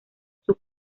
sus